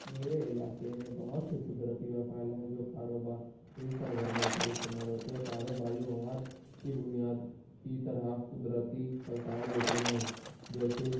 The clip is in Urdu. میرے علاقے میں بہت سے قدرتی وسائل ہیں جو کاروباری سرگرمیوں کے لیے استعمال ہوتے ہیں کاروباری مواد کی بنیاد کی طرح قدرتی وسائل ہوتے ہیں جیسے